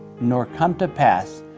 nor come to pass,